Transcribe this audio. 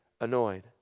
annoyed